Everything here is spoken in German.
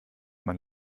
man